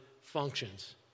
functions